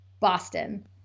Boston